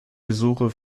besuche